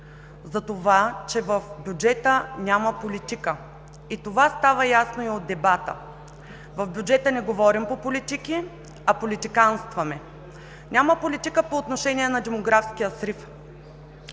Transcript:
за това, че в бюджета няма политика. Това стана ясно и от дебата. В бюджета не говорим по политики, а политиканстваме. Няма политика по отношение на демографския срив.